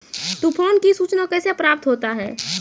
तुफान की सुचना कैसे प्राप्त होता हैं?